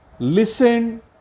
listen